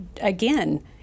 again